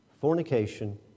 fornication